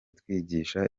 twigisha